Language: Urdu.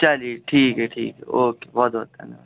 چلیے ٹھیک ہے ٹھیک ہے اوکے بہت بہت دھنیواد